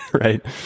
right